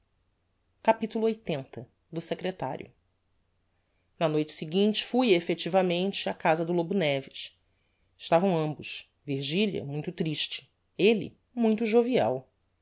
capitulo lxxx do secretario na noite seguinte fui effectivamente á casa do lobo neves estavam ambos virgilia muito triste elle muito jovial